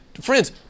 Friends